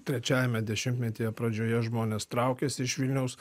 trečiajame dešimtmetyje pradžioje žmonės traukėsi iš vilniaus